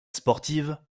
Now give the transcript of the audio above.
sportive